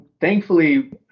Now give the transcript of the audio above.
Thankfully